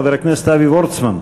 חבר הכנסת אבי וורצמן,